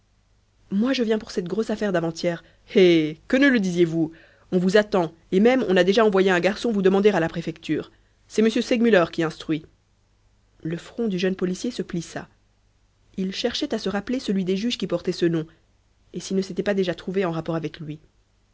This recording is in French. moi je viens pour cette grosse affaire d'avant-hier eh que ne le disiez-vous on vous attend et même on a déjà envoyé un garçon vous demander à la préfecture c'est m segmuller qui instruit le front du jeune policier se plissa il cherchait à se rappeler celui des juges qui portait ce nom et s'il ne s'était pas déjà trouvé en rapport avec lui